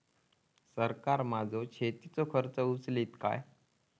सरकार माझो शेतीचो खर्च उचलीत काय?